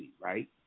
right